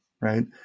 right